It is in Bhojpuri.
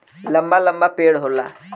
लंबा लंबा पेड़ होला